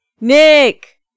Nick